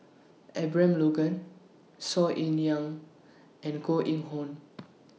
Abraham Logan Saw Ean Young and Koh Eng Hoon